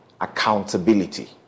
accountability